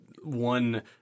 one